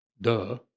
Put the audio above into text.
Duh